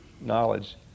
knowledge